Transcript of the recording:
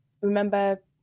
remember